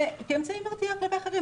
וכאמצעי מרתיע כלפי אחרים.